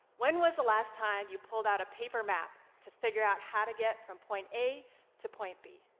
when was the last time you pulled out a paper map to figure out how to get from point a to point b?